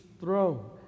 throne